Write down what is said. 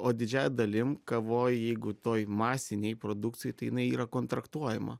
o didžiąja dalim kavoj jeigu toj masinėj produkcijoj tai jinai yra kontaktuojama